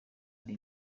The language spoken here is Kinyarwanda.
ari